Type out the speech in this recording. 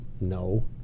no